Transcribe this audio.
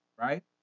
right